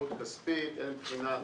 התחייבות כספית, הן מבחינת